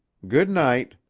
good-night.